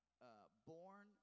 Born